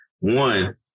One